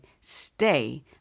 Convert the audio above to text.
stay